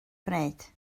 gwneud